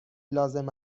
لازم